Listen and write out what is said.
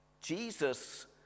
Jesus